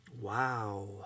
Wow